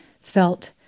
felt